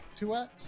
2X